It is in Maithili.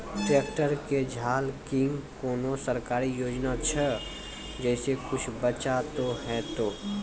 ट्रैक्टर के झाल किंग कोनो सरकारी योजना छ जैसा कुछ बचा तो है ते?